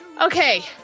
Okay